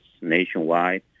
nationwide